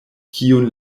kiun